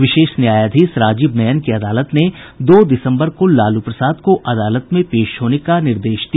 विशेष न्यायाधीश राजीव नयन की अदालत ने दो दिसम्बर को लालू प्रसाद को अदालत में पेश होने का निर्देश दिया